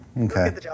Okay